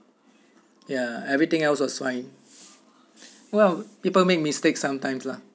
ya everything else was fine well people make mistakes sometimes lah